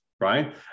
right